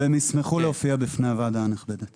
אם ישמחו להופיע בפני הוועדה הנכבדה.